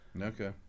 Okay